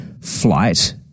flight